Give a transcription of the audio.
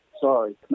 Sorry